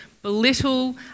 belittle